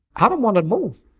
i don't wanna move.